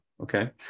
okay